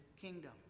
kingdom